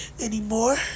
anymore